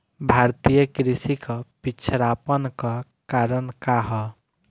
भारतीय कृषि क पिछड़ापन क कारण का ह?